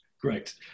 great